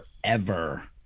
forever